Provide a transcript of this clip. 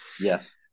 Yes